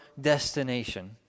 destination